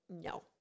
No